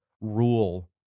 Rule